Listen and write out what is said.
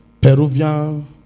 Peruvian